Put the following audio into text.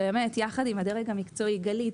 יחד עם הדרג המקצועי גלית,